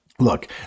Look